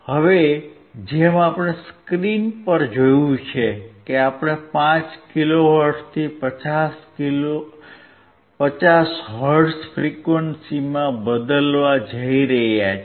હવે જેમ આપણે સ્ક્રીન પર જોયું છે કે આપણે 5 કિલોહર્ટ્ઝથી 50 હર્ટ્ઝ ફ્રીક્વંસીમાં બદલવા જઈ રહ્યા છીએ